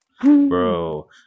Bro